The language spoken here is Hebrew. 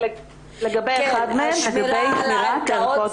שמירה על הערכות